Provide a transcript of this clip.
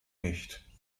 nicht